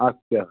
আচ্ছা